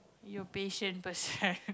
you're patient person